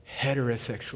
heterosexual